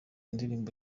indirimbo